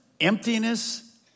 Emptiness